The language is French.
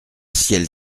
ciel